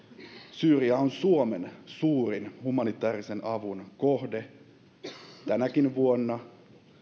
syyria on suomen suurin humanitäärisen avun kohde tänäkin vuonna